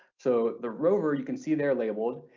so the rover you can see there labeled,